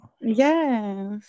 yes